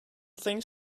think